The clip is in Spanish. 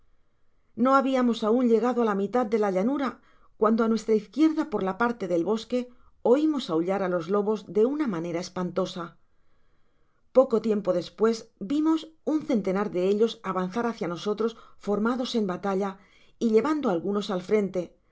no habiamos aun llegado á la mitad de la llanura cuando á nuestra izquierda por la parte del bosque oimos aullar k los lobos de una manera espantosa poco tiempo despues vimos un centenar de ellos avanzar iiácia nosotros formados en batalla llevando algunos al frente asi